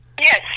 Yes